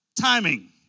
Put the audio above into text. Timing